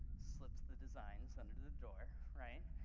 slips the designs under the the door, right,